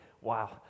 wow